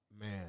man